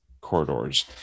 corridors